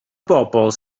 bobl